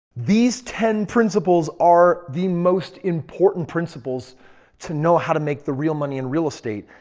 these ten principles are the most important principles to know how to make the real money in real estate.